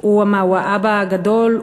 הוא האבא הגדול?